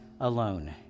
alone